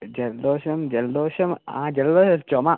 ജലദോഷം ജലദോഷം ആ ജലദോഷം ചുമ